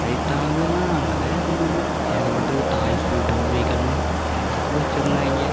ரைட்டானதுலாம் நிறையா இருந்தது ஏகப்பட்டது டாய்ஸு பொம்மைகள்ன்னு ஏகப்பட்டது வச்சிருந்தாங்க